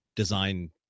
design